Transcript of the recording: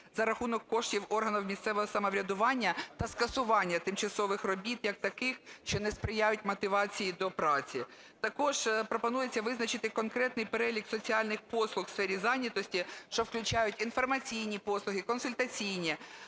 за рахунок коштів органів місцевого самоврядування та скасування тимчасових робіт як таких, що не сприяють мотивації до праці. Також пропонується визначити конкретний перелік соціальних послуг у сфері зайнятості, що включають інформаційні послуги, консультаційні.